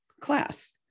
class